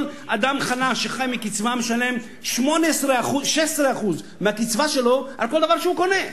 כל אדם חלש שחי מקצבה משלם 16% מהקצבה שלו על כל דבר שהוא קונה,